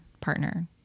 partner